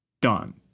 done